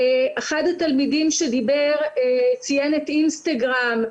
אחד התלמידים שדיבר, ציין את אינסטגרם.